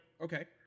Okay